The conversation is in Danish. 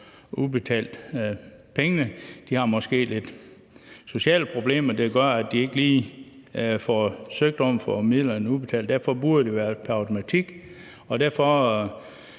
udbetalt pengene; de har måske lidt sociale problemer, der gør, at de ikke lige får søgt om at få midlerne udbetalt – det burde ske pr. automatik. Derfor